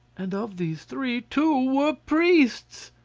and of these three two were priests.